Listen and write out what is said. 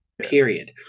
period